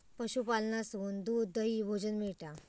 पशूपालनासून दूध, दही, भोजन मिळता